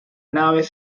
naves